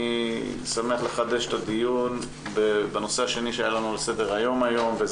אני שמח לחדש את הדיון בנושא השני על סדר היום וזה